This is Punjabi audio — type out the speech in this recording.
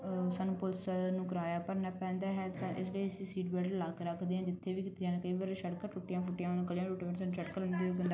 ਸਾਨੂੰ ਪੁਲਿਸ ਨੂੰ ਕਰਾਇਆ ਭਰਨਾ ਪੈਂਦਾ ਹੈ ਤਾਂ ਇਸ ਲਈ ਅਸੀਂ ਸੀਟ ਬੈਲਟ ਲਾ ਕੇ ਰੱਖਦੇ ਹਾਂ ਜਿੱਥੇ ਵੀ ਕਿਥੇ ਜਾਣਾ ਕਈ ਵਾਰੀ ਸੜਕਾਂ ਟੁੱਟੀਆਂ ਫੁੱਟੀਆਂ ਕਲੀਆਂ ਟੁੱਟ ਸਾਨੂੰ